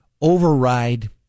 override